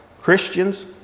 Christians